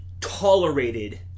tolerated